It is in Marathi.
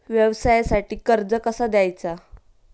व्यवसायासाठी कर्ज कसा घ्यायचा?